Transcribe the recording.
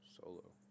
Solo